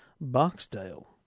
Barksdale